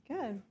Good